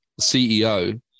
CEO